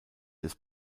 des